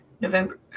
November